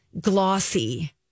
glossy